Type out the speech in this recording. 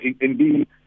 indeed